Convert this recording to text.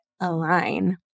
align